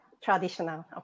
traditional